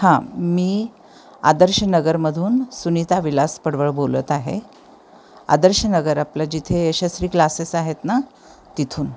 हां मी आदर्शनगरमधून सुनीता विलास पडवळ बोलत आहे आदर्शनगर आपलं जिथे यशस्री क्लासेस आहेत ना तिथून